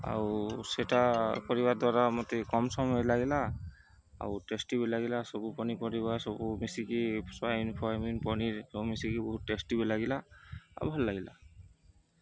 ଆଉ ସେଟା କରିବା ଦ୍ୱାରା ମୋତେ କମ୍ ସମୟ ଲାଗିଲା ଆଉ ଟେଷ୍ଟି ବି ଲାଗିଲା ସବୁ ପନିପରିବା ସବୁ ମିଶିକି ସୋୟାବିନ୍ ଫୋୟାବିନ୍ ପନିର ମିଶିକି ବହୁତ ଟେଷ୍ଟି ବି ଲାଗିଲା ଆଉ ଭଲ ଲାଗିଲା